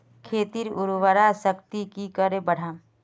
खेतीर उर्वरा शक्ति की करे बढ़ाम?